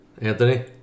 Anthony